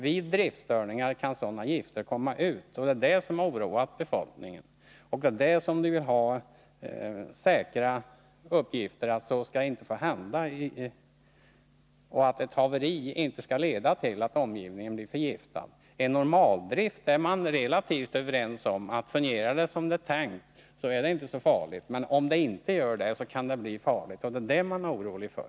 Vid driftstörningar kan sådana gifter komma ut, och det har oroat befolkningen som vill ha säkra uppgifter om att ett haveri inte kommer att leda till att omgivningen blir förgiftad. Invånarna i området är relativt överens om att fungerar anläggningen som det är tänkt är det inte så farligt, men om den inte gör det kan det bli farligt, och det är detta människorna är oroliga för.